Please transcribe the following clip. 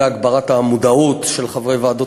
2. משרד הכלכלה פועל להגברת המודעות של חברי ועדות